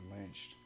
lynched